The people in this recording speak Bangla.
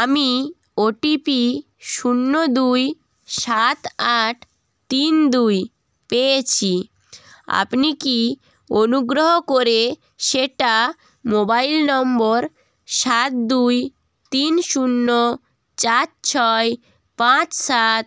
আমি ওটিপি শূন্য দুই সাত আট তিন দুই পেয়েছি আপনি কি অনুগ্রহ করে সেটা মোবাইল নম্বর সাত দুই তিন শূন্য চার ছয় পাঁচ সাত